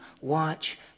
watch